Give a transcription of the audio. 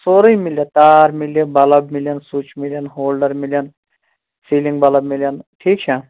سورٕے مِلہِ تار مِلہِ بَلَب مِلَن سُچ مِلَن ہولڈَر مِلَن سیٖلِنٛگ بَلَب مِلَن ٹھیٖک چھا